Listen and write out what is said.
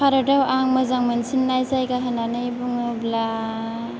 भारताव आं मोजां मोनसिननाय जायगा होननानै बुङोब्ला